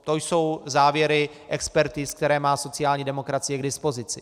To jsou závěry expertiz, které má sociální demokracie k dispozici.